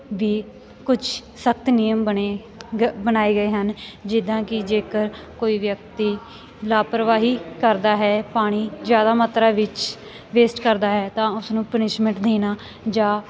ਵੀ ਕੁਛ ਸਖਤ ਨਿਯਮ ਬਣੇ ਗ ਬਣਾਏ ਗਏ ਹਨ ਜਿੱਦਾਂ ਕਿ ਜੇਕਰ ਕੋਈ ਵਿਅਕਤੀ ਲਾਪਰਵਾਹੀ ਕਰਦਾ ਹੈ ਪਾਣੀ ਜ਼ਿਆਦਾ ਮਾਤਰਾ ਵਿੱਚ ਵੇਸਟ ਕਰਦਾ ਹੈ ਤਾਂ ਉਸਨੂੰ ਪਨਿਸ਼ਮੈਂਟ ਦੇਣਾ ਜਾਂ